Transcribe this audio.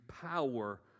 power